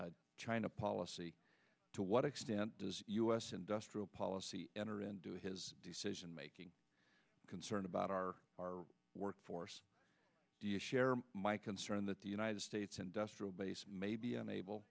china policy to what extent does us industrial policy enter into his decision making concern about our our workforce do you share my concern that the united states industrial base may be unable